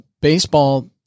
Baseball